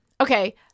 okay